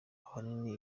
ahanini